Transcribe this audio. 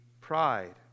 pride